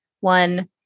one